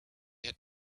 had